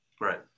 right